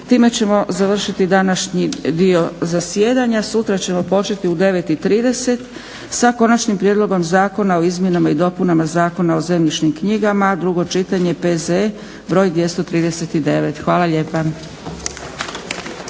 Time ćemo završiti današnji dio zasjedanja. Sutra ćemo početi u 9,30 sa Konačnim prijedlogom zakona o izmjenama i dopunama Zakona o zemljišnim knjigama, drugo čitanje, PZ br 239. Hvala lijepa.